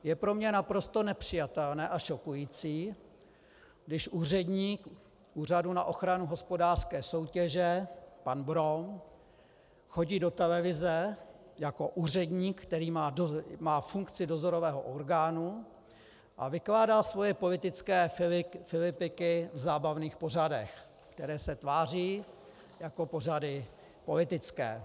Je pro mě naprosto nepřijatelné a šokující, když úředník Úřadu na ochranu hospodářské soutěže pan Brom chodí do televize jako úředník, který má funkci dozorového orgánu, a vykládá svoje politické filipiky v zábavných pořadech, které se tváří jako pořady politické.